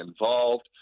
involved